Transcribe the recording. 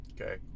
okay